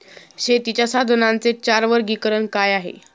शेतीच्या साधनांचे चार वर्गीकरण काय आहे?